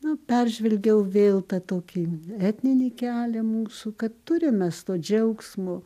na peržvelgiau vėl tą tokį etninį kelią mūsų kad turim mes to džiaugsmo